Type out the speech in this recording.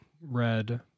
red